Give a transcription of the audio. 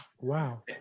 Wow